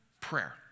prayer